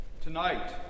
Tonight